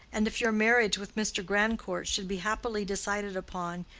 and if your marriage with mr. grandcourt should be happily decided upon,